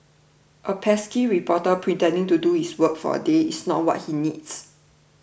a pesky reporter pretending to do his work for a day is not what he needs